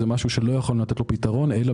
זה משהו שאי-אפשר לתת לו פתרון אלא